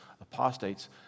apostates